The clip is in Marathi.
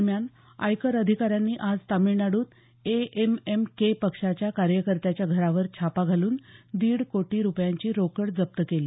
दरम्यान आयकर अधिकाऱ्यांनी आज तामीळनाड्रत ए एम एम के पक्षाच्या कार्यकर्त्याच्या घरावर छापा घालून दीड कोटी रुपयांची रोकड जप्त केली